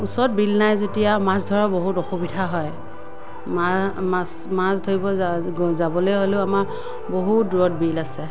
ওচৰত বিল নাই যেতিয়া মাছ ধৰাত বহুত অসুবিধা হয় মা মাছ মাছ ধৰিবলৈ যাবলৈ হ'লেও আমাৰ বহুত দূৰত বিল আছে